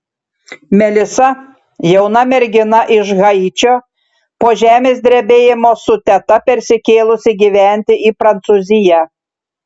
melisa jauna mergina iš haičio po žemės drebėjimo su teta persikėlusi gyventi į prancūziją